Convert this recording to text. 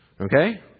Okay